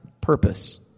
purpose